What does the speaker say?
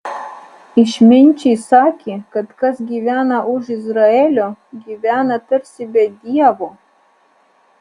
išminčiai sakė kad kas gyvena už izraelio gyvena tarsi be dievo